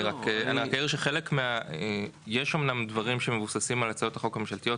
אני רק מתאר שחלק יש אמנם דברים שמבוססים על הצעת החוק הממשלתיות,